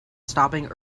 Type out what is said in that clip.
stopping